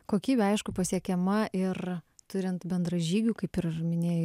kokybė aišku pasiekiama ir turint bendražygių kaip ir minėjai